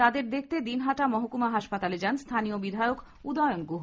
তাদের দেখতে দিনহাটা মহকুমা হাসপাতালে যান স্হানীয় বিধায়ক উদয়ন গুহ